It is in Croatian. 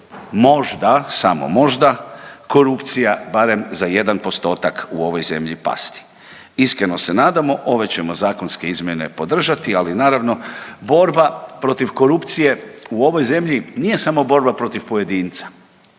možda, samo možda korupcija barem za jedan postotak u ovoj zemlji pasti. Iskreno se nadamo ove ćemo zakonske izmjene podržati, ali naravno borba protiv korupcije u ovoj zemlji nije samo borba protiv pojedinca.